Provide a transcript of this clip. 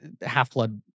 Half-Blood